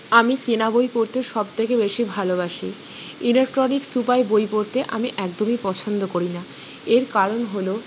আমি কেনা বই পড়তে সব থেকে বেশি ভালোবাসি ইলেকট্রনিক্স উপায়ে বই পড়তে আমি একদমই পছন্দ করি না এর কারণ হল